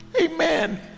amen